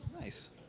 Nice